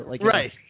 Right